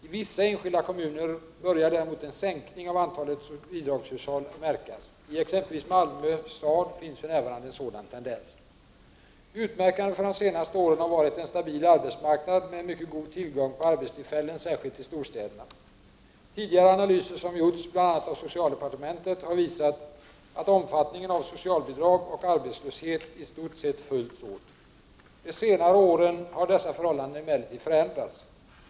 I vissa enskilda kommuner börjar däremot en sänkning av antalet bidragshushåll att märkas. I exempelvis Malmö stad finns för närvarande en sådan tendens. Utmärkande för de senare åren har varit en stabil arbetsmarknad med en mycket god tillgång på arbetstillfällen, särskilt i storstäderna. Tidigare analyser som gjorts bl.a. av socialdepartementet har visat att omfattningen av so cialbidrag och arbetslöshet i stort sett följts åt. De senare åren har dessa förhållanden emellertid förändrats.